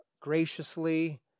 graciously